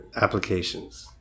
applications